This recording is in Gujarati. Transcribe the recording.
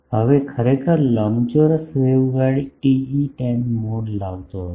હવે ખરેખર લંબચોરસ વેવગાઇડ TE10 મોડ લાવતો હતો